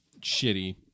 shitty